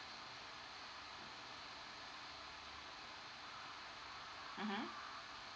mmhmm